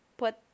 put